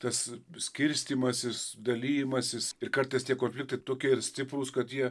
tas skirstymasis dalijimasis ir kartais tie konfliktai tokie yr stiprūs kad jie